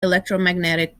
electromagnetic